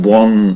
one